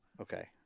Okay